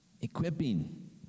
equipping